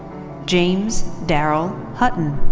james darrell hutton.